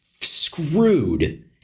screwed